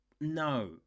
no